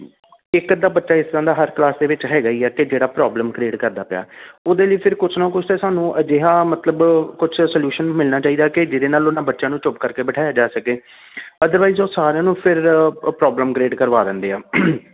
ਇੱਕ ਅੱਧਾ ਬੱਚਾ ਇਸ ਤਰ੍ਹਾਂ ਦਾ ਹਰ ਕਲਾਸ ਦੇ ਵਿੱਚ ਹੈਗਾ ਹੀ ਆ ਅਤੇ ਜਿਹੜਾ ਪ੍ਰੋਬਲਮ ਕ੍ਰੀਏਟ ਕਰਦਾ ਪਿਆ ਉਹਦੇ ਲਈ ਫਿਰ ਕੁਛ ਨਾ ਕੁਛ ਤਾਂ ਸਾਨੂੰ ਅਜਿਹਾ ਮਤਲਬ ਕੁਛ ਸਲਿਊਸ਼ਨ ਮਿਲਣਾ ਚਾਹੀਦਾ ਕਿ ਜਿਹਦੇ ਨਾਲ ਉਹਨਾਂ ਬੱਚਿਆਂ ਨੂੰ ਚੁੱਪ ਕਰਕੇ ਬਿਠਾਇਆ ਜਾ ਸਕੇ ਅਦਰਵਾਈਜ਼ ਉਹ ਸਾਰਿਆਂ ਨੂੰ ਫਿਰ ਪ੍ਰੋਬਲਮ ਕ੍ਰੀਏਟ ਕਰਵਾ ਦਿੰਦੇ ਆ